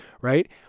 right